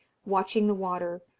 watching the water,